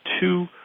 two